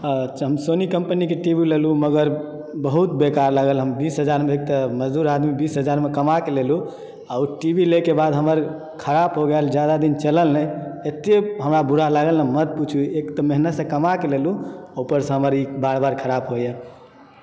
हम सोनी कम्पनीके T V लेलु मगर बहुत बेकार लागल हम बीस हजारमे एकतऽ मजदूर आदमी बीस हजारमे कमाकऽ लेलु आ ओ टी वी लयके बाद हमर खराप हो गेल ज्यादा दिन चलल नहि एतय हमरा बुरा लागल न मत पुछु एकतऽ मेहनतसँ कमाकऽ लेलु ऊपरसँ हमर ई बार बार खराब होइए